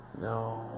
no